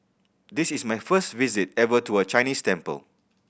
this is my first visit ever to a Chinese temple